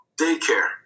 daycare